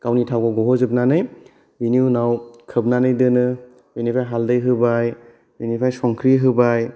गावनि थावखौ गहोजोबनानै बेनि उनाव खोबनानै दोनो बेनिफ्राय हालदै होबाय बेनिफ्राय संख्रि होबाय